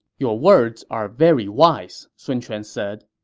your words are very wise, sun quan said.